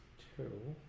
to